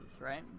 right